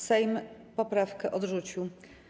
Sejm poprawkę odrzucił.